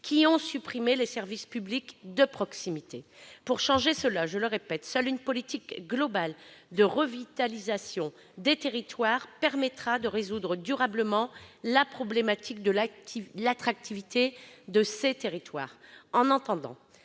qui ont supprimé les services publics de proximité. Pour changer cela, je le répète, seule une politique globale de revitalisation permettra de résoudre durablement la problématique de l'attractivité des territoires.